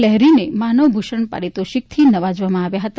લહેરી ને માનવ ભૂષણ પારિતોષિક થી નવાજવામાં આવ્યા હતા